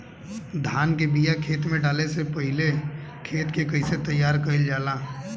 धान के बिया खेत में डाले से पहले खेत के कइसे तैयार कइल जाला?